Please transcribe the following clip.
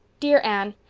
dear anne,